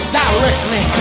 directly